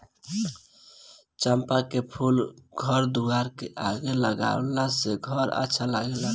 चंपा के फूल घर दुआर के आगे लगावे से घर अच्छा लागेला